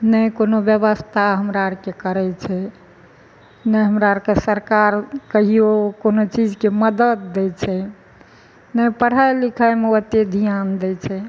नहि कोनो व्यवस्था हमरा आरके करै छै नहि हमरा आरके सरकार कहियो कोनो चीजके मदद दै छै नहि पढ़ाइ लिखाइमे ओते ध्यान दै छै